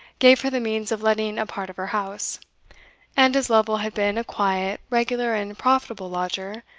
gave her the means of letting a part of her house and as lovel had been a quiet, regular, and profitable lodger,